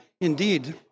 indeed